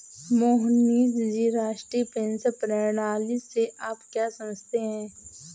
मोहनीश जी, राष्ट्रीय पेंशन प्रणाली से आप क्या समझते है?